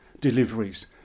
deliveries